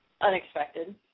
unexpected